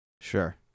Sure